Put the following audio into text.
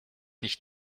nicht